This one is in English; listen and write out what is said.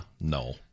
No